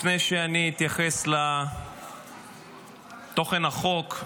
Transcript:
לפני שאני אתייחס לתוכן החוק,